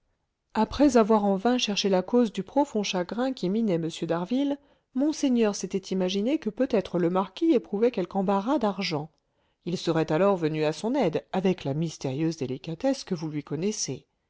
après avoir en vain cherché la cause du profond chagrin qui minait m d'harville monseigneur s'était imaginé que peut-être le marquis éprouvait quelque embarras d'argent il serait alors venu à son aide avec la mystérieuse délicatesse que vous lui connaissez